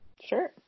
Sure